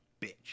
bitch